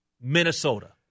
Minnesota